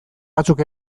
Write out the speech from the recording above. batzuk